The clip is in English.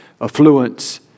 affluence